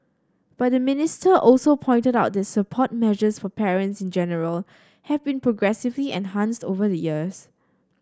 but the minister also pointed out that support measures for parents in general have been progressively enhanced over the years